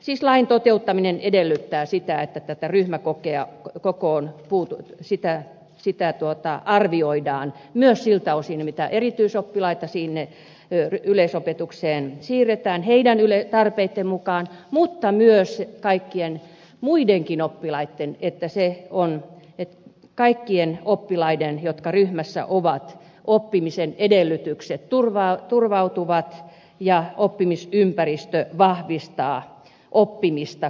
siis lain toteuttaminen edellyttää sitä että tätä ryhmä kokea koko on puhuttu siitä sitä ryhmäkokoa arvioidaan myös siltä osin mitä erityisoppilaita sinne yleisopetukseen siirretään heidän tarpeidensa mukaan mutta myös kaikkien muidenkin oppilaiden että kaikkien oppilaiden jotka ryhmässä ovat oppimisen edellytykset turvautuvat ja oppimisympäristö vahvistaa oppimista kaiken kaikkiaan